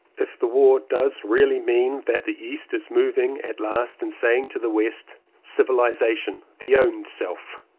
if the war does really mean that the east is moving at last and saying to the west civilization thee ownself,